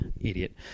Idiot